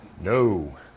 No